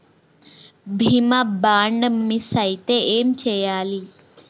బీమా bond miss అయితే ఏం చేయాలి?